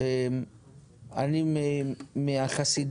אנחנו נמנף את הכסף.